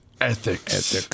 Ethics